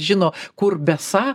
žino kur besą